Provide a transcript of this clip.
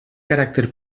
caràcter